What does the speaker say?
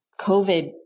COVID